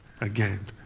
again